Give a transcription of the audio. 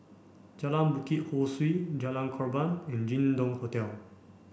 Jalan Bukit Ho Swee Jalan Korban and Jin Dong Hotel